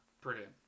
Brilliant